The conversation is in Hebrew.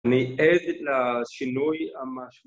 אני עד לשינוי המשמעותי